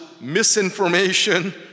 misinformation